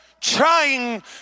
trying